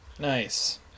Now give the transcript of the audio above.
Nice